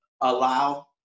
allow